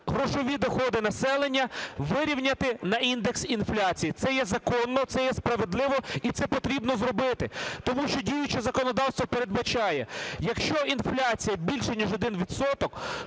грошові доходи населення вирівняти на індекс інфляції. Це є законно, це є справедливо і це потрібно зробити. Тому що діюче законодавство передбачає: якщо інфляція більше ніж 1